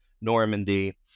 Normandy